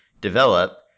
develop